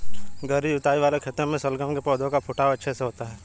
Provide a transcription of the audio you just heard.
गहरी जुताई वाले खेतों में शलगम के पौधे का फुटाव अच्छे से होता है